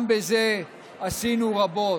גם בזה עשינו רבות.